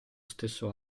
stesso